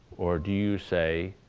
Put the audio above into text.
or do you say,